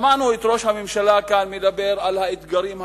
שמענו את ראש הממשלה כאן מדבר על האתגרים הגדולים,